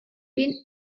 been